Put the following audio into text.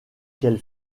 qu’elle